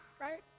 right